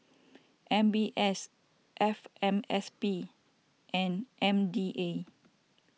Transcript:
M B S F M S P and M D A